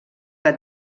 que